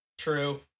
True